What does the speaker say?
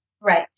Right